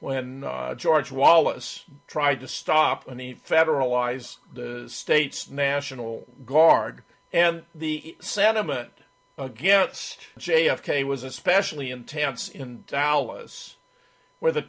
when george wallace tried to stop and he federalize the state's national guard and the sentiment against j f k was especially intense in dallas where the